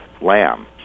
lamb